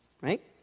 right